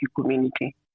community